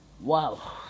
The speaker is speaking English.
Wow